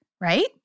right